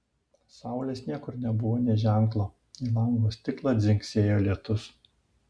saulės niekur nebuvo nė ženklo į lango stiklą dzingsėjo lietus